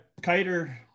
kiter